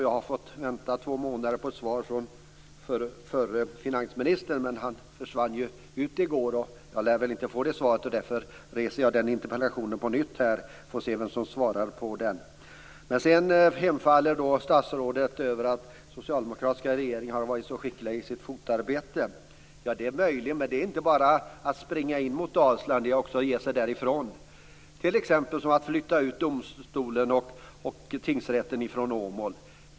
Jag har fått vänta två månader på svar från förre finansministern, men han försvann ju ut i går. Jag lär väl inte få det svaret. Därför reser jag den interpellationen på nytt här. Vi får se vem som svarar på den. Sedan säger statsrådet att den socialdemokratiska regeringen har varit så skicklig i sitt fotarbete, och det är möjligt. Men det har man varit inte bara när det gäller att springa in mot Dalsland, utan också när det gäller att ge sig därifrån. Det handlar t.ex. om att flytta ut domstolen och tingsrätten från Åmål.